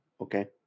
Okay